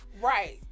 Right